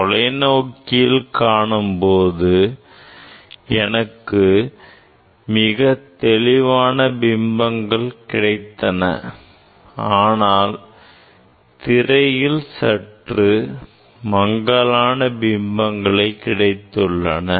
தொலைநோக்கியில் காணும்போது எனக்கு மிகத்தெளிவான பிம்பங்கள் கிடைத்தன ஆனால் திரையில் சற்று மங்கலான பிம்பங்களே கிடைத்துள்ளன